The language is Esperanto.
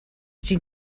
ĝin